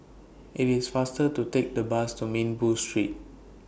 IT IS faster to Take The Bus to Minbu Road